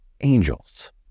angels